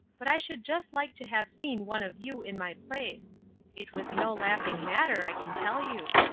but i should just like to have seen one of you in my place it was no laughing matter, i can tell you.